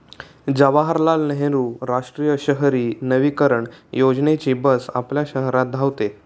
जवाहरलाल नेहरू राष्ट्रीय शहरी नवीकरण योजनेची बस आपल्या शहरात धावते